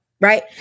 right